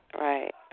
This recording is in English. right